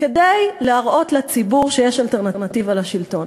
כדי להראות לציבור שיש אלטרנטיבה לשלטון.